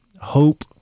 hope